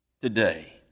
today